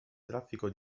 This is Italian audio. traffico